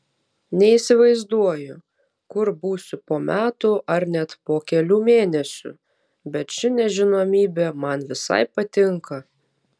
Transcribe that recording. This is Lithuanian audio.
neįsivaizduoju kur būsiu po metų ar net po kelių mėnesių bet ši nežinomybė man visai patinka